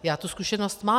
Já tu zkušenost mám.